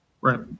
Right